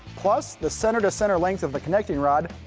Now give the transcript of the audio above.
plus the center to center length of the connecting rod,